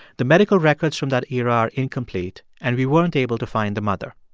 the medical records from that era are incomplete, and we weren't able to find the mother.